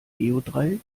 geodreieck